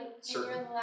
certain